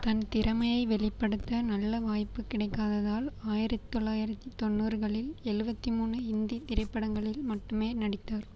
தன் திறமையை வெளிப்படுத்த நல்ல வாய்ப்பு கிடைக்காததால் ஆயிரத் தொள்ளாயிரத்து தொண்ணூறுகளில் எழுபத்தி மூணு இந்தி திரைப்படங்களில் மட்டுமே நடித்தார்